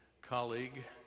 colleague